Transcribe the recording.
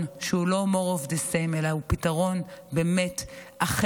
שהוא לא more of the same אלא הוא פתרון באמת אחר,